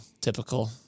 Typical